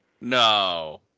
no